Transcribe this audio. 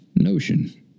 notion